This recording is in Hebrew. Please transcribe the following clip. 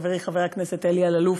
חברי חבר הכנסת אלי אלאלוף,